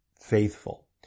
faithful